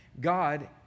God